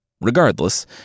Regardless